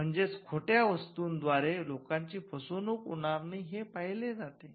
म्हणजेच खोट्या वस्तूंद्वारे लोकांची फसवणूक होणार नाही हे पहिले जाते